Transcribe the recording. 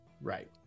Right